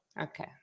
Okay